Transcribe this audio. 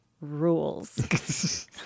rules